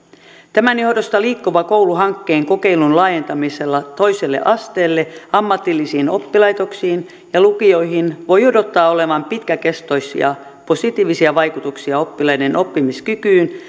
tämän johdosta liikkuva koulu hankkeen kokeilun laajentamisella toiselle asteelle ammatillisiin oppilaitoksiin ja lukioihin voi odottaa olevan pitkäkestoisia positiivisia vaikutuksia oppilaiden oppimiskykyyn